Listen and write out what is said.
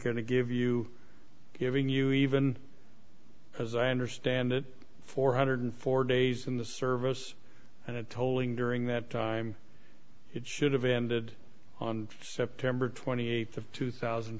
going to give you giving you even as i understand it four hundred four days in the service and it tolling during that time it should have ended on september twenty eighth of two thousand